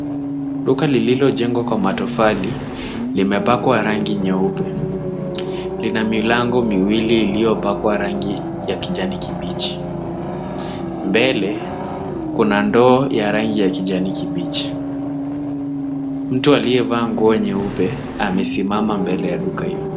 Duka lililojengwa kwa matofali limepakwa rangi nyeupe. Lina milango miwili iliyopakwa rangi ya kijani kibichi. Mbele kuna ndoo ya kijani kibichi. Mtu aliyevaa nguo nyeupe amesimama mbele ya duka hiyo.